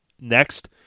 Next